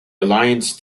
alliance